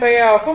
5 ஆகும்